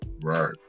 Right